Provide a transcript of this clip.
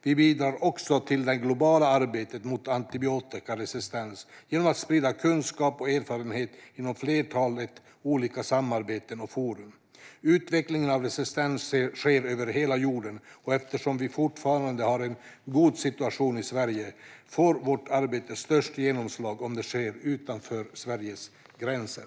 Vi bidrar också till det globala arbetet mot antibiotikaresistens genom att sprida kunskap och erfarenhet inom ett flertal olika samarbeten och forum. Utvecklingen av resistens sker över hela jorden, och eftersom vi fortfarande har en god situation i Sverige får vårt arbete störst genomslag om det sker utanför Sveriges gränser.